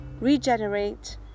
regenerate